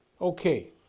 Okay